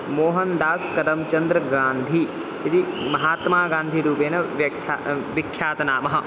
मोहन्दास् करं चन्द्रगान्धी इति महात्मागान्धिरूपेण व्याख्या विख्यातनाम